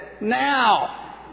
now